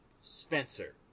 Spencer